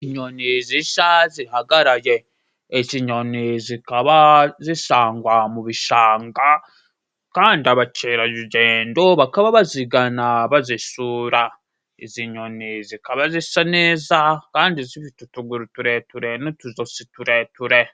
Inyoni zisa zihagaraye izinyoni zikaba zisangwa mu bishanga, kandi abakerarugendo bakaba bazigana bazisura iziyoni zikaba zisa neza, kandi zifite utuguru ture ture n'utuzozi tureture.